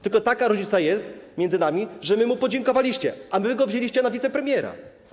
Tylko taka różnica jest między nami, że my mu podziękowaliśmy, a wy go wzięliście na wicepremiera.